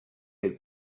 had